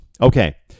Okay